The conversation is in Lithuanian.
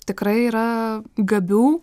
tikrai yra gabių